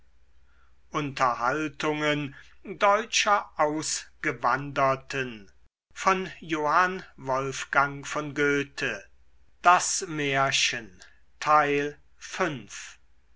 unterhaltungen deutscher ausgewanderten